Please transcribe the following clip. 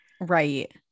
Right